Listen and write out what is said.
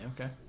okay